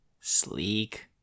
sleek